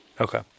Okay